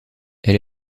elle